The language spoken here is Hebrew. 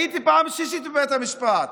הייתי פעם שלישית בבית המשפט,